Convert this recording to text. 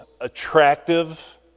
attractive